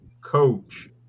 coach